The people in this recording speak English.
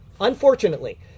Unfortunately